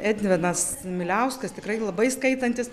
edvinas miliauskas tikrai labai skaitantis